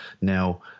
Now